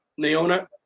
Naona